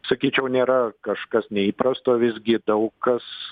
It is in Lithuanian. sakyčiau nėra kažkas neįprasto visgi daug kas